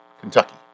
Kentucky